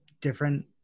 different